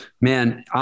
Man